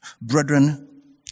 Brethren